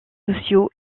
sociaux